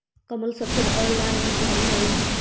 कमल सफेद और लाल रंग के हवअ हई